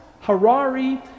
Harari